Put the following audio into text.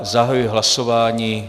Zahajuji hlasování.